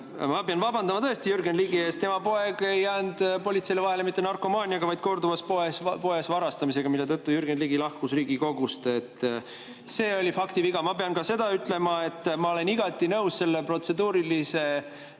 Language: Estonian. tõesti vabandama Jürgen Ligi ees. Tema poeg ei jäänud politseile vahele mitte narkomaaniaga, vaid korduvalt poest varastamisega, mille tõttu Jürgen Ligi lahkus Riigikogust. See oli faktiviga. Ma pean ka seda ütlema, et ma olen igati nõus selle protseduurilise